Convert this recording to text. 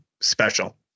special